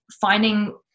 finding